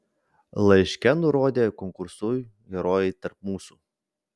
laiške nurodė konkursui herojai tarp mūsų